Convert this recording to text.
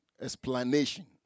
Explanation